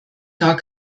gar